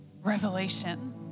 Revelation